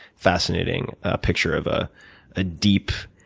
fascinating picture of a ah deep,